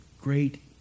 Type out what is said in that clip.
great